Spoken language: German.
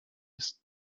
ist